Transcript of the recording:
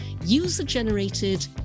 user-generated